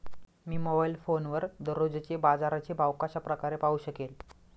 मी mobile फोनवर दररोजचे बाजाराचे भाव कशा प्रकारे पाहू शकेल?